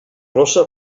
rossa